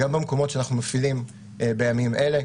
גם במקומות שאנחנו מפעילים בימים אלה,